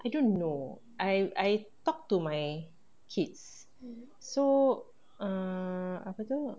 I don't know I I talk to my kids so err apa tu